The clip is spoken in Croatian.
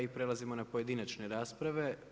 I prelazimo na pojedinačne rasprave.